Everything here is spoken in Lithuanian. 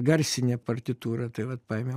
garsinę partitūrą tai vat paėmiau